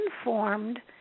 informed